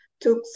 took